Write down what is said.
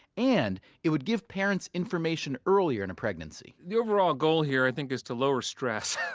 and it would give parents information earlier in a pregnancy the overall goal here i think is to lower stress.